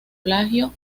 plagio